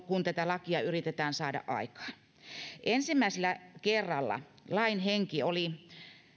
kun tätä lakia yritetään saada aikaan ensimmäisellä kerralla lain henki oli